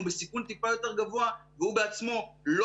הוא בסיכון טיפה יותר גבוה והוא בעצמו לא